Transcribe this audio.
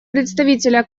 представителя